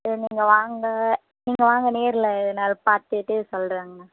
சரிண்ணா நீங்கள் வாங்க நீங்கள் வாங்க நேரில் என்னது பார்த்துட்டு சொல்றேங்கணா